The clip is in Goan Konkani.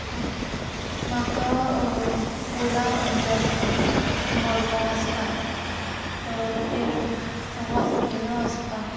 ओके म्हाका ऑला जाय आसलेली मोडगों ओसपा ते हॉस्पिटलां ओसपा